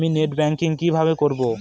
আমি net banking কিভাবে করব?